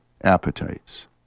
appetites